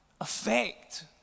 affect